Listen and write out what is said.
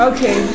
Okay